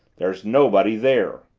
there's nobody there.